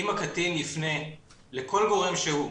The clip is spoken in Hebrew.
אם הקטין יפנה לכל גורם שהוא,